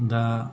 दा